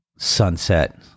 sunset